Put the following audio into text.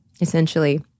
essentially